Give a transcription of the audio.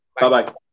bye-bye